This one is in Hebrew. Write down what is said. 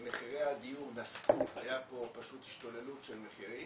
מחירי הדיור נסקו והייתה פה פשוט השתוללות של מחירים.